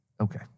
Okay